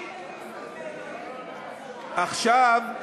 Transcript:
כבר מניין, עכשיו,